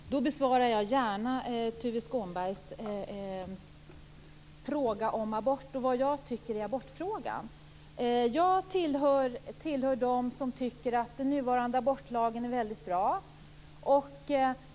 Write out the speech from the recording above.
Fru talman! Då besvarar jag gärna Tuve Skånbergs fråga om vad jag tycker i abortfrågan. Jag tillhör dem som tycker att den nuvarande abortlagen är väldigt bra.